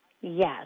Yes